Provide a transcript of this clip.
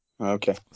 Okay